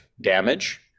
damage